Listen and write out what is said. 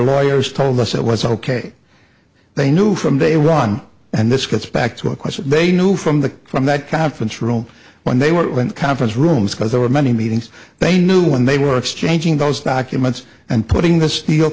know years told us it was ok they knew from day one and this gets back to a question they knew from the from that conference room when they were conference rooms because there were many meetings they knew when they were exchanging those documents and putting the steel